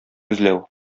эзләү